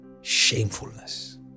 shamefulness